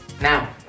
Now